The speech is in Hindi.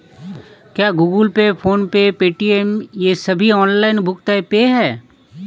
क्या Google Pay PhonePe Paytm ये सभी ऑनलाइन भुगतान ऐप हैं?